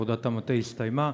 עבודת המטה הסתיימה,